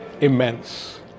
immense